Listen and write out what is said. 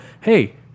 hey